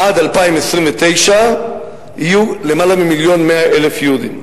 עד 2029 יהיו למעלה מ-1.1 מיליון יהודים.